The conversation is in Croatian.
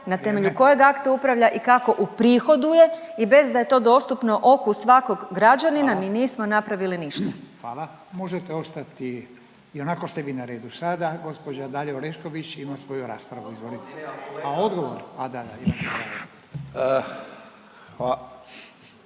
na temelju kojeg akta upravlja i kako uprihoduje i bez da je to dostupno oku svakog građanina mi nismo napravili ništa. **Radin, Furio (Nezavisni)** Hvala. Možete ostati, ionako ste vi na redu sada. Gospođa Dalija Orešković ima svoju raspravu, izvolite. A odgovor, da, da, imate